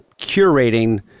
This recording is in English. curating